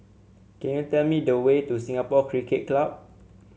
can you tell me the way to Singapore Cricket Club